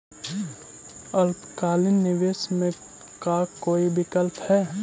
अल्पकालिक निवेश के का कोई विकल्प है?